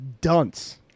dunce